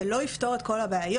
זה לא יפתור את כל הבעיות.